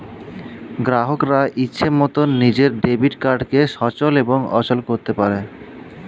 গ্রাহকরা ইচ্ছে মতন নিজের ডেবিট কার্ডকে সচল এবং অচল করতে পারে